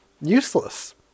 useless